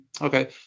Okay